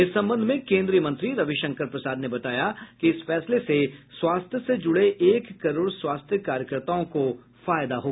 इस संबंध में केन्द्रीय मंत्री रविशंकर प्रसाद ने बताया कि इस फैसले से स्वास्थ्य से जुड़े एक करोड़ स्वास्थ्य कार्यकर्ताओं को फायदा होगा